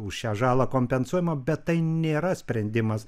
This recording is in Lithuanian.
už šią žalą kompensuojama bet tai nėra sprendimas